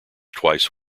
twice